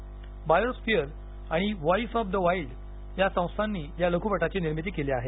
bio sphere आणि voice of the wild या संस्थांनी या लघुपटाची निर्मिती केली आहे